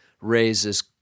raises